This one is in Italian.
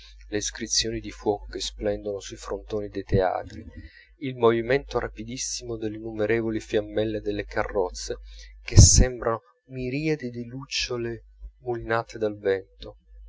le iscrizioni di fuoco che splendono sui frontoni dei teatri il movimento rapidissimo delle innumerevoli fiammelle delle carrozze che sembrano miriadi di lucciole mulinate dal vento